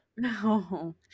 No